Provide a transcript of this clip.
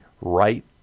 right